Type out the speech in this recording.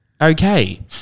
okay